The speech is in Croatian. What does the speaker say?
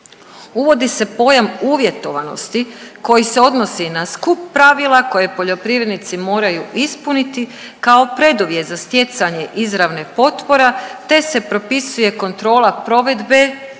Uvodi se pojam uvjetovanosti koji se odnosi na skup pravila koje poljoprivrednici moraju ispuniti kao preduvjet za stjecanje izravne potpora te se propisuje kontrola provedbe